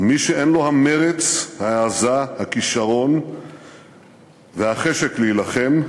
ומי שאין לו המרץ, ההעזה, הכישרון והחשק להילחם,